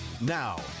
now